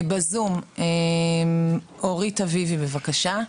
נמצאת איתנו בזום אורית אביבי, בבקשה.